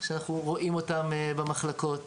שאנחנו רואים אותן במחלקות,